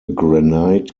granite